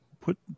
put